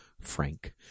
Frank